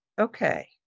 okay